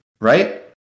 Right